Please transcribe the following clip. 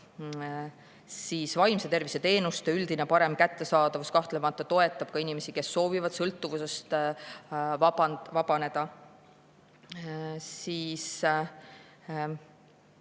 Vaimse tervise teenuste üldine parem kättesaadavus kahtlemata toetab ka inimesi, kes soovivad sõltuvusest vabaneda. Tervise